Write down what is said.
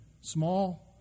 small